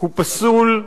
הוא פסול.